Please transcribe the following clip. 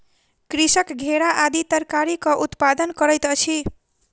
कृषक घेरा आदि तरकारीक उत्पादन करैत अछि